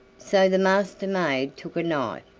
so the master-maid took a knife,